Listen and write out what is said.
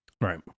Right